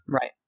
Right